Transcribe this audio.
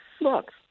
look